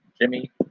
Jimmy